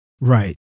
Right